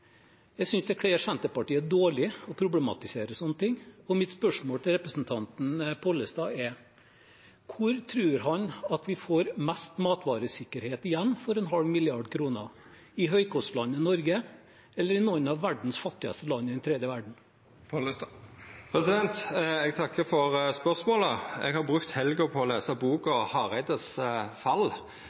Jeg synes det kler Senterpartiet dårlig å problematisere slike ting, og mitt spørsmål til representanten Pollestad er: Hvor tror han at vi får mest matvaresikkerhet igjen for en halv milliard kroner – i høykostlandet Norge, eller i noen av verdens fattigste land i den tredje verden? Eg takkar for spørsmålet. Eg har brukt helga på å lesa boka «Hareides fall»,